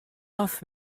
off